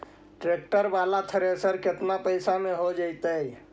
Tractor बाला thresher केतना पैसा में हो जैतै?